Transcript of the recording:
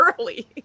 early